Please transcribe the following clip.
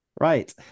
Right